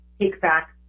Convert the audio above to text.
take-back